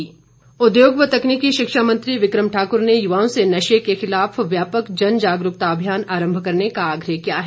विक्रम उद्योग व तकनीकी शिक्षा मंत्री विक्रम ठाकुर ने युवाओं से नशे के खिलाफ व्यापक जन जागरूकता अभियान आरम्भ करने का आग्रह किया है